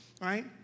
right